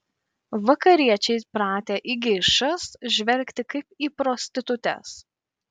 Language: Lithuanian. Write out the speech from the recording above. vakariečiai pratę į geišas žvelgti kaip į prostitutes